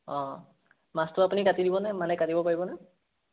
অঁ মাছটো আপুনি কাটি দিবনে মানে কাটিব পাৰিবনে